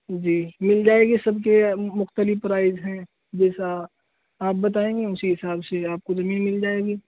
جی مل جائے گی سب کے مختلف پرائس ہیں جیسا آپ بتائیں گے اسی حساب سے آپ کو زمین مل جائے گی